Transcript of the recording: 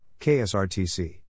KSRTC